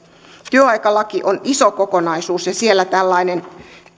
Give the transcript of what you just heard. työaikalaki on iso kokonaisuus ja siellä tällainen